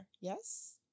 Yes